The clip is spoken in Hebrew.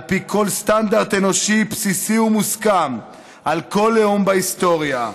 על פי כל סטנדרט אנושי בסיסי ומוסכם על כל לאום בהיסטוריה,